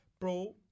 bro